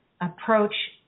approach